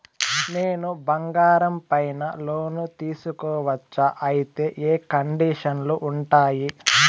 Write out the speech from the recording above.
నేను బంగారం పైన లోను తీసుకోవచ్చా? అయితే ఏ కండిషన్లు ఉంటాయి?